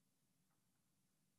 הבקשה